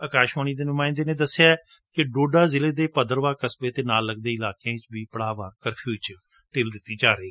ਆਕਾਸ਼ਵਾਣੀ ਦੇ ਨੁਮਾਇੰਦੇ ਨੇ ਦਸਿਐ ਕਿ ਡੋਡਾ ਜ਼ਿਲ੍ਹੇ ਦੇ ਭਦਰਵਾਹ ਕਸਬੇ ਅਤੇ ਨਾਲ ਲਗਦੇ ਇਲਾਕਿਆਂ ਵਿਚ ਪੜਾਅਵਾਰ ਕਰੀਫਿਓ ਵਿਚ ਢਿੱਲ ਦਿੱਤੀ ਗਈ